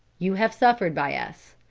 you have suffered by us.